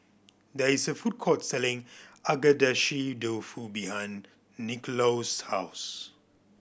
there is a food court selling Agedashi Dofu behind Nicklaus' house